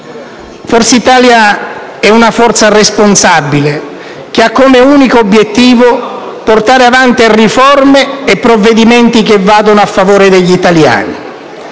Forza Italia è una forza responsabile, che ha come unico obiettivo portare avanti riforme e provvedimenti che vadano a favore degli italiani.